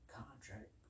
contract